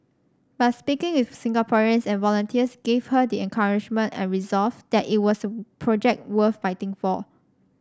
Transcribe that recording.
but speaking with Singaporeans and volunteers gave her the encouragement and resolve that it was a project worth fighting for